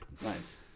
Nice